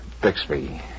Bixby